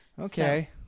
Okay